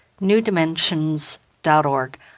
newdimensions.org